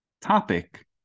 topic